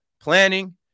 planning